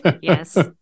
Yes